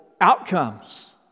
outcomes